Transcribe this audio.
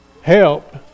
help